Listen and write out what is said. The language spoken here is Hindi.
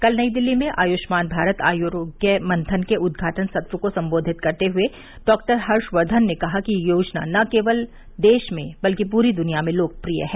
कल नई दिल्ली में आयुष्मान भारत आरोग्य मंथन के उद्घाटन सत्र को सम्बोधित करते हुए डॉक्टर हर्षवर्धन ने कहा कि यह योजना न केवल देश में बल्कि पूरी दुनिया में लोकप्रिय है